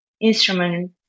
instrument